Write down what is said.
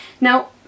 Now